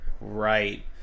Right